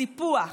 סיפוח,